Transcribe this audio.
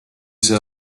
see